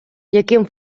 яким